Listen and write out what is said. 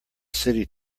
city